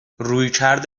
رویکرد